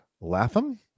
latham